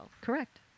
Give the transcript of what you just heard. Correct